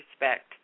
respect